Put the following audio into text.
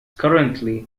currently